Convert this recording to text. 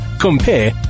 Compare